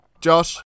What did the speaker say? Josh